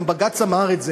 גם בג"ץ אמר את זה,